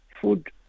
food